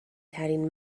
ترین